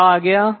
तो क्या आ गया